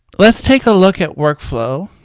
let's take a look at workflow.